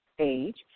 Age